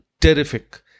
terrific